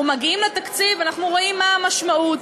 כשאנחנו מגיעים לתקציב אנחנו רואים מה המשמעות.